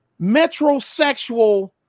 metrosexual